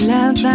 Love